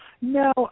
No